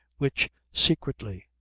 which, secretly,